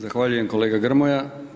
Zahvaljujem kolega Grmoja.